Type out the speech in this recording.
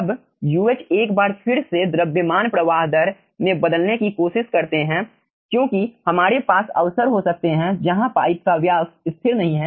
अब Uh एक बार फिर से द्रव्यमान प्रवाह दर में बदलने की कोशिश करते हैं क्योंकि हमारे पास अवसर हो सकते हैं जहां पाइप का व्यास स्थिर नहीं है